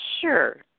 Sure